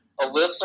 Alyssa